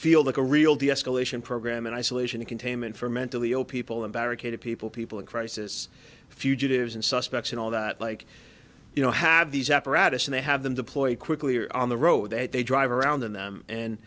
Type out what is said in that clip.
feel like a real deescalation program and isolation containment for mentally ill people and barricaded people people in crisis fugitives and suspects and all that like you know have these apparatus and they have them deployed quickly or on the road that they drive around in them and